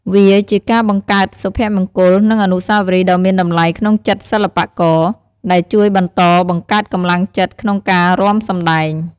វាជាការបង្កើតសុភមង្គល និងអនុស្សាវរីយ៍ដ៏មានតម្លៃក្នុងចិត្តសិល្បករ ដែលជួយបន្តបង្កើតកម្លាំងចិត្តក្នុងការរាំសម្តែង។